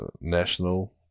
national